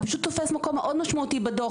הוא פשוט תופס מקום מאוד משמעותי בדוח.